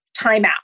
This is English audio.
timeout